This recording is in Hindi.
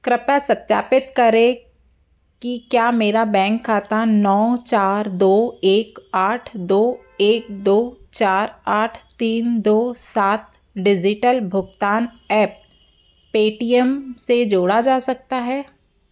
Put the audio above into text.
कृपया सत्यापित करें कि क्या मेरा बैंक खाता नौ चार दो एक आठ दो एक दो चार आठ तीन दो सात डिजिटल भुगतान ऐप पेटीएम से जोड़ा जा सकता है